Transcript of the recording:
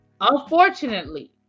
unfortunately